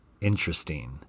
Interesting